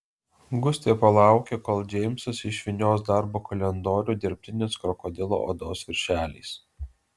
gustė palaukė kol džeimsas išvynios darbo kalendorių dirbtinės krokodilo odos viršeliais